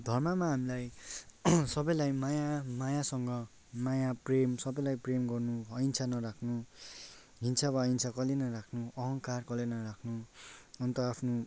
धर्ममा हामीलाई सबैलाई माया मायासँग माया प्रेम सबैलाई प्रेम गर्नु अहिंसा नराख्नु हिंसा वा अहिंसा कहिल्यै नराख्नु अहङ्कार कहिल्यै नराख्नु अन्त आफ्नो